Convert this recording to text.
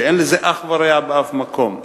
שאין לה אח ורע באף מקום.